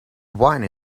wine